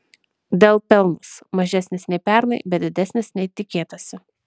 dell pelnas mažesnis nei pernai bet didesnis nei tikėtasi